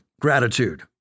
gratitude